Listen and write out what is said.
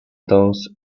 those